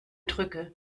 drücke